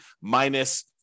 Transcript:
minus